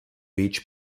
each